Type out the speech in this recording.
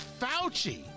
Fauci